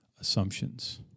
assumptions